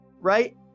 right